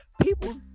people